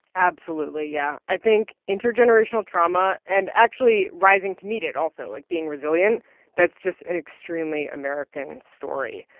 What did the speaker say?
absolutely, yeah. i think intergenerational trauma and actually rising to meet it also, like, being resilient that's just an extremely american story.